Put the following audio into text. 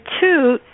two